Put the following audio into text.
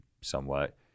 somewhat